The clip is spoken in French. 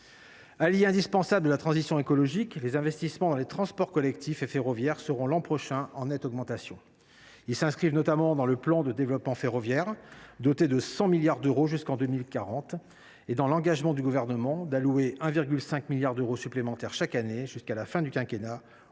Alliés indispensables de la transition écologique, les investissements dans les transports collectifs et ferroviaires seront, l’an prochain, en nette augmentation. Ils s’inscrivent notamment dans le plan de développement du transport ferroviaire, doté de 100 milliards d’euros jusqu’en 2040, et dans l’engagement du Gouvernement à allouer 1,5 milliard d’euros supplémentaires chaque année, jusqu’à la fin du quinquennat,